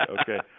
Okay